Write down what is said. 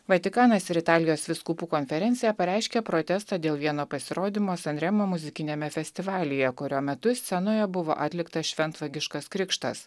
vatikanas ir italijos vyskupų konferencija pareiškė protestą dėl vieno pasirodymo san remo muzikiniame festivalyje kurio metu scenoje buvo atliktas šventvagiškas krikštas